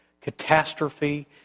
catastrophe